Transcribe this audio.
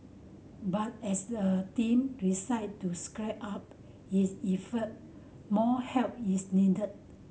but as the team decide to scrip up it effort more help is needed